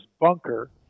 bunker